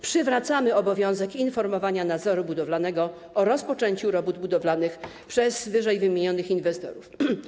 Przywracamy obowiązek informowania nadzoru budowlanego o rozpoczęciu robót budowalnych przez wyżej wymienionych inwestorów.